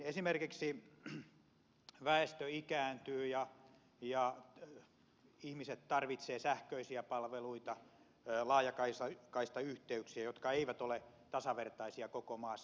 esimerkiksi väestö ikääntyy ja ihmiset tarvitsevat sähköisiä palveluita laajakaistayhteyksiä jotka eivät ole tasavertaisia koko maassa